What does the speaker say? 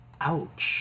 Ouch